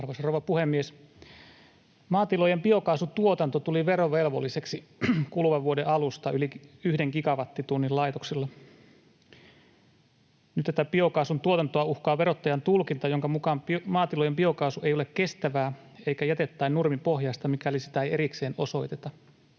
Arvoisa rouva puhemies! Maatilojen biokaasun tuotanto tuli verovelvolliseksi kuluvan vuoden alusta yli yhden gigawattitunnin laitoksella. Nyt tätä biokaasun tuotantoa uhkaa verottajan tulkinta, jonka mukaan maatilojen biokaasu ei ole kestävää, eikä jäte- tai nurmipohjaista, mikäli sitä ei erikseen osoiteta.